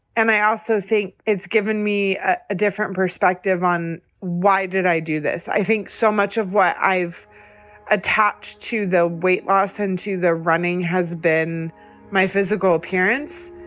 and i also think it's given me a different perspective on why did i do this? i think so much of what i've attached to the weight off into the running has been my physical appearance.